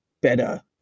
better